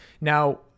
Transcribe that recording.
Now